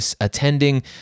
attending